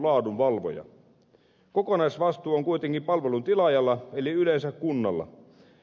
kokonaisvastuu on kuitenkin palvelun tilaajalla eli yleensä kunnalla